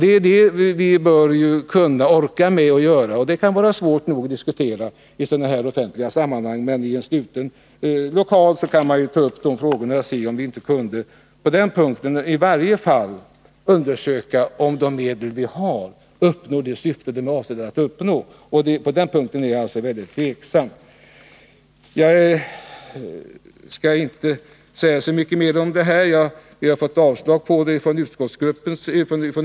Det är en diskussion om sådana saker vi borde orka med att genomföra, och det kan vara svårt nog att diskutera i offentliga sammanhang, men i en sluten lokal skulle vi kunna ta upp de här frågorna och se om vi inte i varje fall kunde undersöka om de medel vi har tillgodoser de syften som är avsedda, vilket jag alltså betvivlar. Jag skall inte säga så mycket mera om de förslag vi har framfört i det här avseendet.